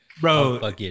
bro